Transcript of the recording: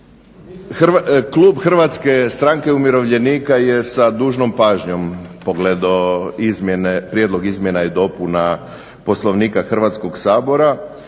Klub HSU je sa dužnom pažnjom pogledao Prijedlog izmjena i dopuna Poslovnika Hrvatskog sabora